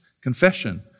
confession